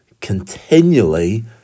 continually